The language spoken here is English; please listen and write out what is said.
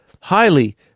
highly